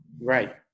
Right